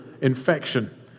infection